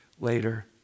later